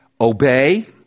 Obey